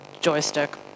joystick